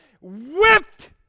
Whipped